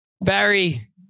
Barry